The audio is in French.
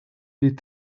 est